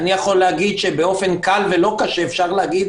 אני יכול לומר שבאופן קל ולא קשה אפשר להגיד